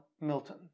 Milton